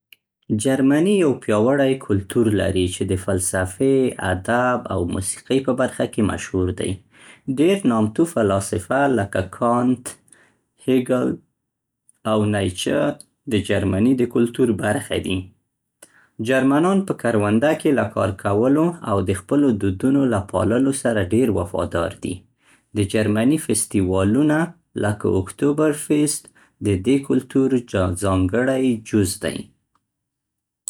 جرمني یو پیاوړی کلتور لري چې د فلسفې، ادب، او موسیقۍ په برخه کې مشهور دی. ډېر نامتو فلاسفه لکه کانت، هگل، او نیچه د جرمني د کلتور برخه دي. جرمنان په کرونده کې له کار کولو او د خپلو دودونو له پاللو سره ډیر وفادار دي. د جرمني فستیوالونه لکه اوکتوبر فیسټ، د دې کلتور جان-ځانګړی جزء دی.